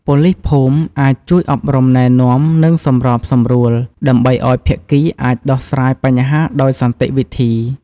ប៉ូលីសភូមិអាច ជួយអប់រំ ណែនាំ និងសម្របសម្រួល ដើម្បីឱ្យភាគីអាចដោះស្រាយបញ្ហាដោយសន្តិវិធី។